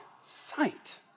sight